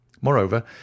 Moreover